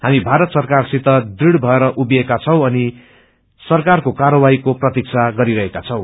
हमी भारत सराकारसित दृङ भएर अभिएका छै अनिसरकारको कार्वाक्षिको प्रतीका गरिरहेका छै